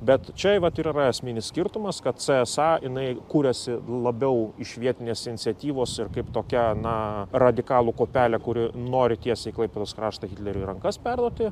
bet čia vat ir yra esminis skirtumas kad cė es a jinai kuriasi labiau iš vietinės iniciatyvos ir kaip tokia na radikalų kuopelė kuri nori tiesiai klaipėdos kraštą hitleriui į rankas perduoti